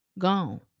gone